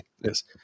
yes